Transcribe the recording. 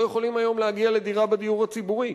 יכולים היום להגיע לדירה בדיור הציבורי.